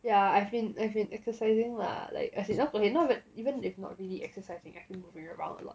yeah I've been I've been exercising lah like as in not even if not really exercising I've been moving around lah